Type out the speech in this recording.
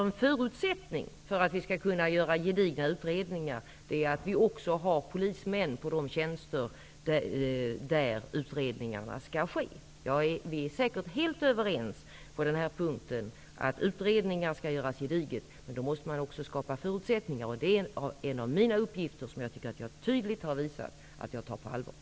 En förutsättning för att vi skall kunna göra gedigna utredningar är att vi har polismän på de tjänster där utredningarna skall ske. Vi är säkert helt överens på denna punkt, att utredningar skall göras gediget. Då måste man också skapa förutsättningar. Det är en av mina uppgifter, som jag tar på allvar. Det tycker jag också att jag har visat tydligt.